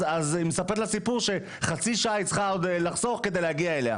אז היא מספרת לה סיפור שחצי שעה היא צריכה עוד לחסוך כדי להגיע אליה.